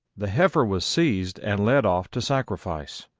the heifer was seized and led off to sacrifice.